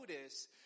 notice